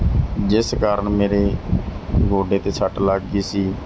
ਜਿਸ ਕਾਰਨ ਮੇਰੇ ਗੋਡੇ 'ਤੇ ਸੱਟ ਲੱਗ ਗਈ ਸੀ